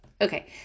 Okay